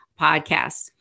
podcasts